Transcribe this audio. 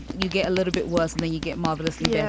you get a little bit was and then you get marvelously. yeah